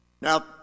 Now